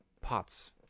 pots